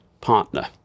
partner